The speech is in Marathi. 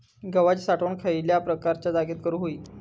गव्हाची साठवण खयल्या प्रकारच्या जागेत करू होई?